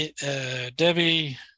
Debbie